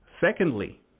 Secondly